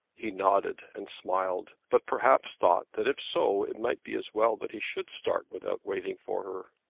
he nodded and smiled but perhaps thought that if so it might be as well that he should start without waiting for her.